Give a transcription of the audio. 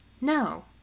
No